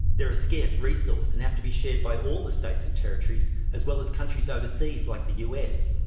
they're a scarce resource and have to be shared by all the states and territories, as well as countries overseas like the u. s.